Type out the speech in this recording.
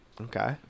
Okay